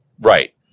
Right